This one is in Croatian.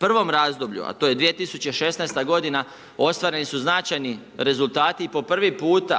prvom razdoblju, a to je 2016. godina ostvareni su značajni rezultati i po prvi puta